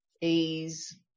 ease